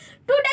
Today